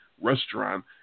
restaurant